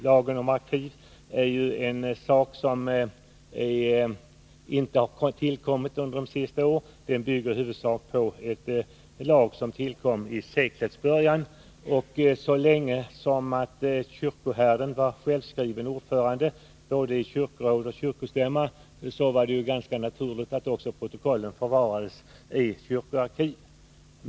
Bestämmelserna om arkiv har inte tillkommit under de senaste åren — de bygger i huvudsak på en lag från seklets början. Så länge kyrkoherden var självskriven ordförande både i kyrkorådet och i kyrkostämman var det ganska naturligt att protokollen förvarades i kyrkoarkiv.